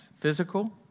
physical